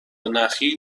نخی